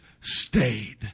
stayed